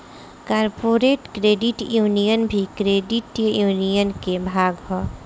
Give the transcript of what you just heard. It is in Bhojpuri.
कॉरपोरेट क्रेडिट यूनियन भी क्रेडिट यूनियन के भाग ह